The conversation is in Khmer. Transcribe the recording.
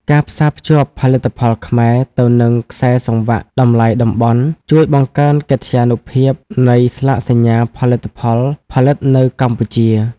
ការផ្សារភ្ជាប់ផលិតផលខ្មែរទៅនឹងខ្សែសង្វាក់តម្លៃតំបន់ ជួយបង្កើនកិត្យានុភាពនៃស្លាកសញ្ញាផលិតផលផលិតនៅកម្ពុជា។